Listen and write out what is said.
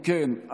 אם כן,